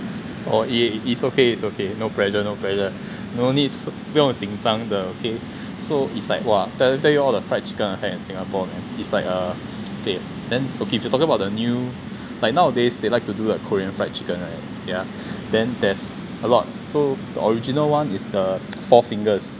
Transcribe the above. oh uh it's okay it's okay no pressure no pressure no need 不用紧张的 okay so its like !wah! I tell you all the fried chicken I had in singapore man its like a okay then talking about the new like nowadays they like to do the korean fried chicken right yeah then there's a lot so the original [one] is the four fingers